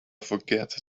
forget